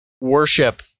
worship